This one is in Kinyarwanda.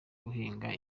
guhinga